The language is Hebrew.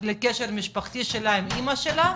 לקשר משפחתי שלה עם אמא שלה,